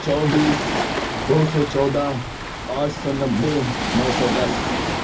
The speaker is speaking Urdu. چوبیس دو سو چودہ آٹھ سو نوے نو سو دس